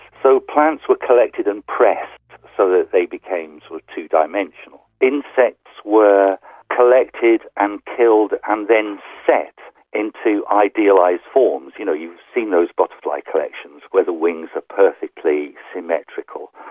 so plants were collected and pressed so that they became so two-dimensional, insects were collected and killed and then set into idealised forms. you know, you've seen those butterfly collections where the wings are perfectly symmetrical,